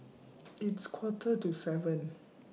its Quarter to seven